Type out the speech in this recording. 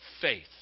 faith